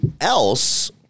else